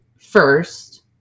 first